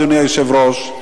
אדוני היושב-ראש,